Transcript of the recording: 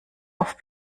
auf